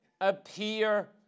appear